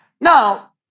Now